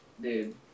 dude